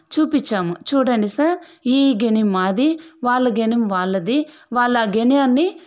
చూపించాము చూడండి సార్ ఈ గనెం మాది వాళ్ల గనేం వాళ్లది వాళ్ళు ఆ గనేన్ని